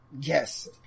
Yes